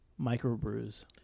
microbrews